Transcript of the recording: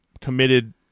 committed